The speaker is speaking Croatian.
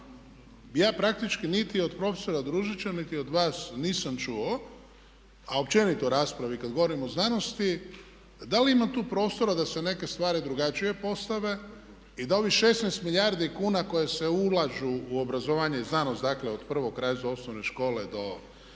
ja praktički niti od profesora Družić niti od vas nisam čuo a općenito raspravi kad govorim o znanosti. Da li ima tu prostora da se neke stvari drugačije postave i da li 16 milijardi kuna koje se ulažu u obrazovanje i znanost dakle od prvog razreda osnovne škole do